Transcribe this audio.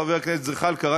חבר הכנסת זחאלקה,